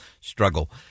struggle